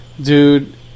dude